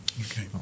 okay